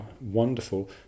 wonderful